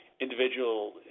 individual